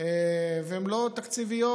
והן לא תקציביות.